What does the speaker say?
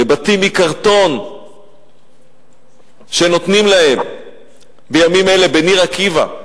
לבתים מקרטון שנותנים להם בימים אלה בניר-עקיבא.